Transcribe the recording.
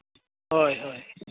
ᱦᱳᱭ ᱦᱳᱭ